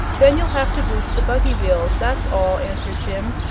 then you'll have to boost the buggy-wheels, that's all, answered jim.